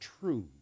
true